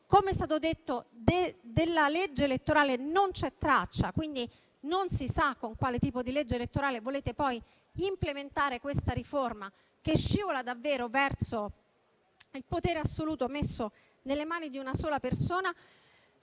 come è stato detto, della legge elettorale non c'è traccia, quindi non si sa con quale tipo di legge elettorale volete poi implementare questa riforma che scivola davvero verso il potere assoluto messo nelle mani di una sola persona.